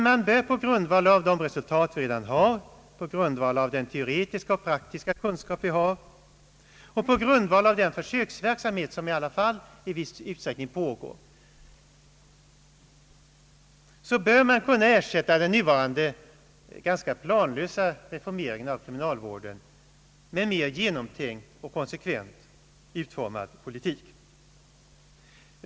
Men på grundval av de resultat som redan föreligger och på grundval av den teoretiska och praktiska kunskap vi har samt på grundval av den försöksverksamhet, som i alla fall i viss utsträckning pågår, bör man kunna ersätta den nuvarande ganska planlösa reformeringen av kriminalvården med en mer genomtänkt och konsekvent utformad politik.